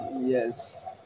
Yes